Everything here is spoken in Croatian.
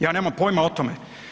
Ja nemam pojma o tome.